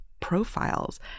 profiles